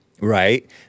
Right